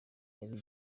byari